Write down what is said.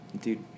Dude